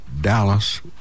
Dallas